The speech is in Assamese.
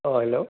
অঁ হেল্ল'